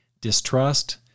distrust